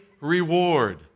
reward